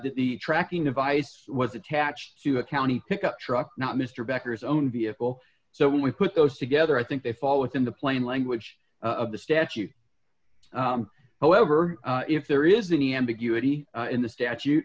the tracking device was attached to a county pickup truck not mr becker's own vehicle so when we put those together i think they fall within the plain language of the statute however if there is any ambiguity in the